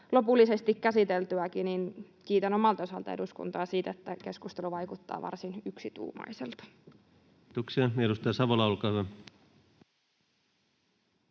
lopullisesti käsiteltyäkin, niin että kiitän omalta osaltani eduskuntaa siitä, että tämä keskustelu vaikuttaa varsin yksituumaiselta. [Speech 79] Speaker: